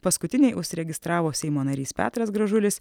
paskutiniai užsiregistravo seimo narys petras gražulis